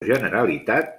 generalitat